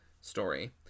story